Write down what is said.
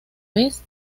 vez